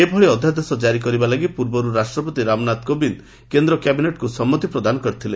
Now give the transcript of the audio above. ଏଭଳି ଅଧ୍ୟାଦେଶ ଜାରି କରିବାଲାଗି ପୂର୍ବରୁ ରାଷ୍ଟ୍ରପତି ରାମନାଥ କୋବିନ୍ କେନ୍ଦ୍ର କ୍ୟାବିନେଟ୍କୁ ସମ୍ମତି ପ୍ରଦାନ କରିଥିଲେ